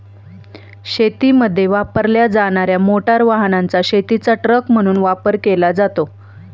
शेतीमध्ये वापरल्या जाणार्या मोटार वाहनाचा शेतीचा ट्रक म्हणून वापर केला जातो